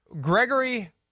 Gregory